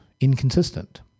inconsistent